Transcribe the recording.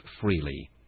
freely